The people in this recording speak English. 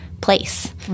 place